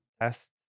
test